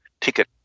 ticket